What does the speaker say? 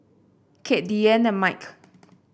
Kade Diane and Mike